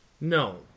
No